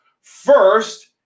First